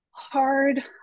hard